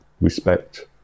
respect